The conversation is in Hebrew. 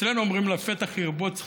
אצלנו אומרים לפתח ירבוץ חטאת,